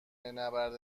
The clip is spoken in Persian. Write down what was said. نبرد